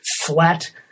flat